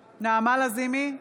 לזימי,